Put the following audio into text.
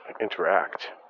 interact